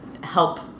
help